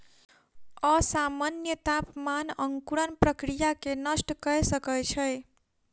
असामन्य तापमान अंकुरण प्रक्रिया के नष्ट कय सकै छै